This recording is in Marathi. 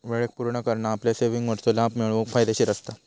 वेळेक पुर्ण करना आपल्या सेविंगवरचो लाभ मिळवूक फायदेशीर असता